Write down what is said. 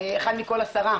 אחד מכל עשרה,